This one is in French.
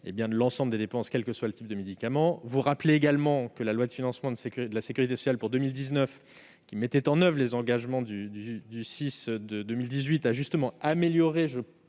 l'ensemble des dépenses, quel que soit le type de médicaments. Je rappelle également que la loi de financement de sécurité de la sécurité sociale pour 2019, qui mettait en oeuvre les engagements du CSIS 2018 a justement amélioré